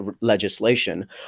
legislation